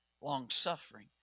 longsuffering